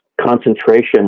concentration